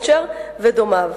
ודומיו,